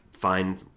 Find